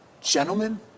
gentlemen